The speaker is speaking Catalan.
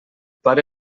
pare